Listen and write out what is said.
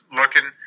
looking